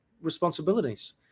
responsibilities